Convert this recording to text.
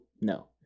No